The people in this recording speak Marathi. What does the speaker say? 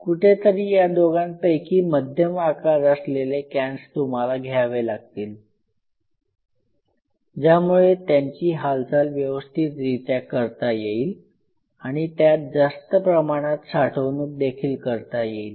कुठेतरी या दोघांपैकी मध्यम आकार असलेले कॅन्स तुम्हाला घ्यावे लागतील ज्यामुळे त्यांची हालचाल व्यवस्थित रित्या करता येईल आणि त्यात जास्त प्रमाणात साठवणूक देखील करता येईल